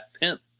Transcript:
pimp